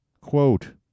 quote